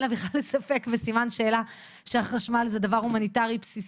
לה בכלל ספק וסימן שאלה שחשמל זה דבר הומניטרי בסיסי,